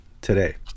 today